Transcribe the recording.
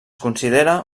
considera